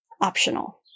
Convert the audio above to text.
optional